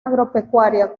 agropecuaria